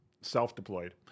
self-deployed